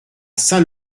saint